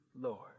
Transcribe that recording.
Lord